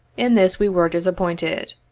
in this we were disappointed.